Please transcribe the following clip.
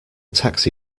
taxi